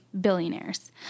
billionaires